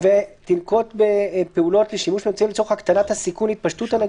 ותנקוט בפעולות ושימוש באמצעים לצורך הקטנת הסיכון להתפשטות הנגיף,